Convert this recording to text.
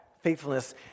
faithfulness